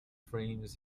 frames